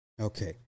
Okay